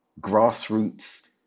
grassroots